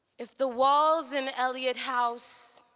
if the walls in eliot house,